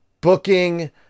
booking